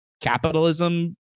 capitalism